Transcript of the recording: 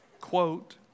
Quote